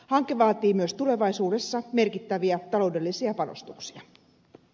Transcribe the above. hanke vaatii myös tulevaisuudessa merkittäviä taloudellisia panostuksia